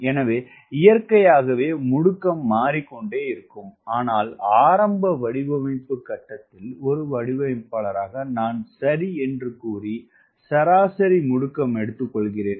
எனவே இயற்கையாகவே முடுக்கம் மாறிக்கொண்டே இருக்கும் ஆனால் ஆரம்ப வடிவமைப்பு கட்டத்தில் ஒரு வடிவமைப்பாளராக நான் சரி என்று கூறி சராசரி முடுக்கம் எடுத்துக்கொள்கிறேன்